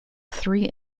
three